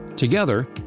Together